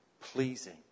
pleasing